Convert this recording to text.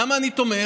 למה אני תומך?